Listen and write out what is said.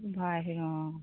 অঁ